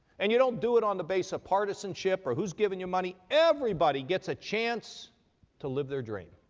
and you don't do it on the base of partisanship or who's giving you money. everybody gets a chance to live their dream.